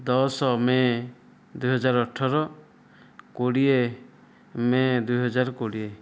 ଦଶ ମେ' ଦୁଇହଜାର ଅଠର କୋଡ଼ିଏ ମେ' ଦୁଇହଜାର କୋଡ଼ିଏ